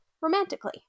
romantically